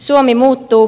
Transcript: suomi muuttuu